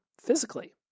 physically